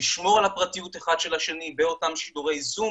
לשמור על הפרטיות אחד של השני באותם שידורי זום